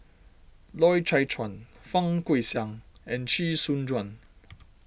Loy Chye Chuan Fang Guixiang and Chee Soon Juan